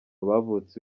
bavutse